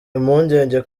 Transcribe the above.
impungenge